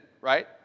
right